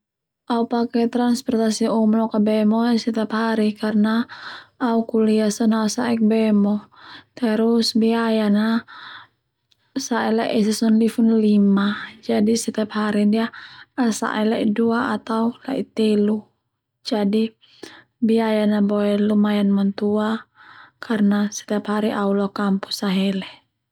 Au pake transportasi umum noka bemo ia setiap hari karna au kuliah sone au saek bemo terus biayanya sa'e laiesak sone lifun lima, jadi setiap hari ndia au safe la'idua atau la'itelu jadi biayan boe lumayan matua karna setiap hari au lo kampus ahele.